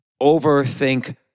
overthink